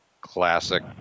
Classic